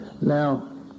Now